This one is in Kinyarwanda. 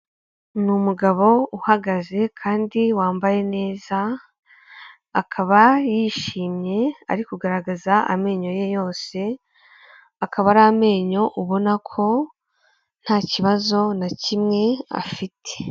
Ni umugabo uhagaze kandi wambaye neza, akaba yishimye, ari kugaragaza amenyo ye yose, akaba ari amenyo ubona ko nta kibazo na kimwe afite.